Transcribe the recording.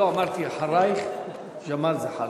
לא, אמרתי: אחרייך ג'מאל זחאלקה.